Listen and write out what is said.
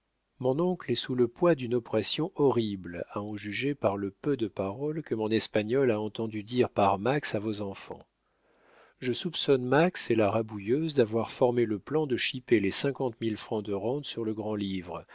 mon oncle est sous le poids d'une oppression horrible à en juger par le peu de paroles que mon espagnol a entendu dire par max à vos enfants je soupçonne max et la rabouilleuse d'avoir formé le plan de chipper les cinquante mille francs de rente sur le grand-livre